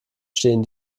stehen